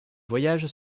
voyages